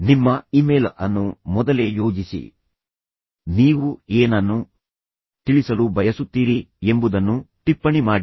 ನಿಮ್ಮ ಇಮೇಲ್ ಅನ್ನು ಮೊದಲೇ ಯೋಜಿಸಿ ನೀವು ಏನನ್ನು ತಿಳಿಸಲು ಬಯಸುತ್ತೀರಿ ಎಂಬುದನ್ನು ಟಿಪ್ಪಣಿ ಮಾಡಿ